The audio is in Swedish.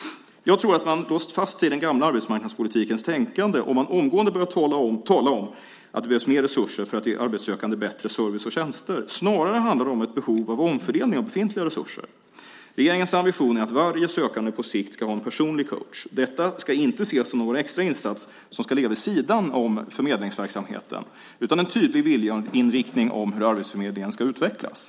Jag tror att man har låst fast sig i den gamla arbetsmarknadspolitikens tänkande om man omgående börjar tala om att det behövs mer resurser för att ge arbetssökande bättre service och tjänster. Snarare handlar det om ett behov av omfördelning av befintliga resurser. Regeringens ambition är att varje sökande på sikt ska ha en personlig coach. Detta ska inte ses som någon extra insats som ska ligga vid sidan om förmedlingsverksamheten utan som en tydlig viljeinriktning om hur arbetsförmedlingen ska utvecklas.